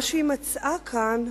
מה שהיא מצאה כאן